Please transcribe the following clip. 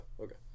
okay